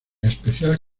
especial